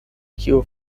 kiu